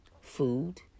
food